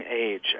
age